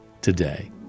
today